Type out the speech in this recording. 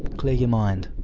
clear your mind.